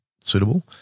suitable